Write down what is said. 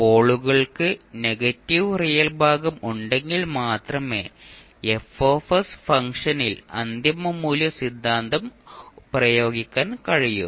പോളുകൾക്ക് negative real ഭാഗം ഉണ്ടെങ്കിൽ മാത്രമേ F ഫംഗ്ഷനിൽ അന്തിമ മൂല്യ സിദ്ധാന്തം പ്രയോഗിക്കാൻ കഴിയൂ